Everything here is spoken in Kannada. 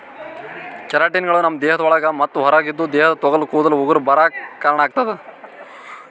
ಕೆರಾಟಿನ್ಗಳು ನಮ್ಮ್ ದೇಹದ ಒಳಗ ಮತ್ತ್ ಹೊರಗ ಇದ್ದು ದೇಹದ ತೊಗಲ ಕೂದಲ ಉಗುರ ಬರಾಕ್ ಕಾರಣಾಗತದ